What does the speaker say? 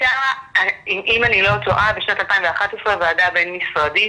אם אני לא טועה, הייתה בשנת 2011 ועדה בין-משרדית.